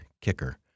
kicker